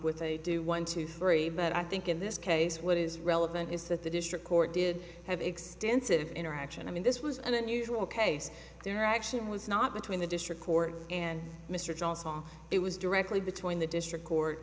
with a do one two three but i think in this case what is relevant is that the district court did have extensive interaction i mean this was an unusual case there actually it was not between the district court and mr johnson it was directly between the district court